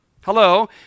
hello